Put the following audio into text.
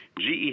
GE